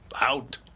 Out